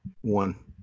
one